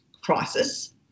crisis